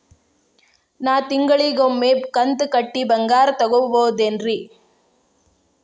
ನಾ ತಿಂಗಳಿಗ ಒಮ್ಮೆ ಕಂತ ಕಟ್ಟಿ ಬಂಗಾರ ತಗೋಬಹುದೇನ್ರಿ?